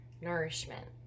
nourishment